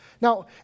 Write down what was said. Now